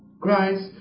Christ